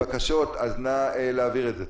בקשות, נא להעביר את זה.